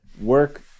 work